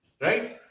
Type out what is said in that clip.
right